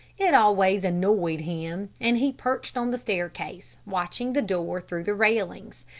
it always annoyed him, and he perched on the staircase, watching the door through the railings.